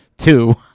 two